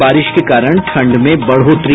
बारिश के कारण ठंड में बढ़ोतरी